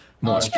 More